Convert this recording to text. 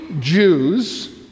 Jews